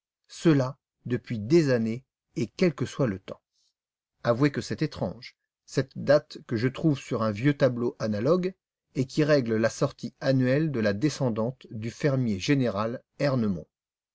cela depuis des années et quel que soit le temps avouez que c'est étrange cette date que je trouve sur un vieux tableau analogue et qui règle la sortie annuelle de la descendante du fermier général ernemont